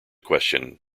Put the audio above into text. question